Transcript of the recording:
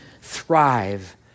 thrive